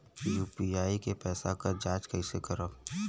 UPI के पैसा क जांच कइसे करब?